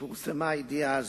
כשפורסמה הידיעה הזאת,